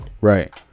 Right